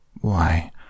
Why